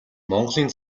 монголын